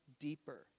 deeper